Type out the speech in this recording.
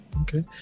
Okay